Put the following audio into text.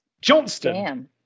Johnston